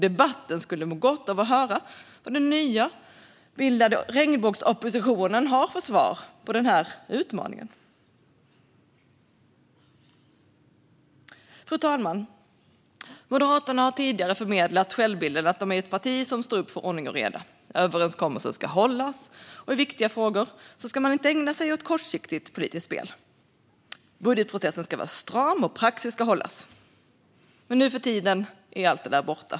Debatten skulle må gott av att höra vad den nybildade regnbågsoppositionen har för svar på den här utmaningen. Fru talman! Moderaterna har tidigare förmedlat självbilden att man är ett parti som står upp för ordning och reda. Överenskommelser ska hållas, och i viktiga frågor ska man inte ägna sig åt kortsiktigt politiskt spel. Budgetprocessen ska vara stram, och praxis ska följas. Men nu för tiden är allt det där borta.